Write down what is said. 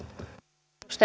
arvoisa